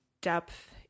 depth